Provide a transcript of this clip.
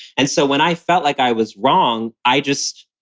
and so when i felt like i was wrong, i just,